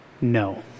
no